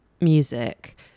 music